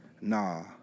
nah